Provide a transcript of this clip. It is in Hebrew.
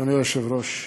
אדוני היושב-ראש,